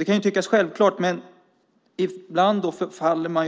Det kan tyckas självklart, men ibland faller man